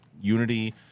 unity